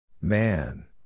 Man